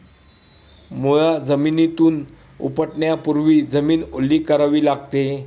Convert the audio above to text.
मुळा जमिनीतून उपटण्यापूर्वी जमीन ओली करावी लागते